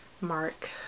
mark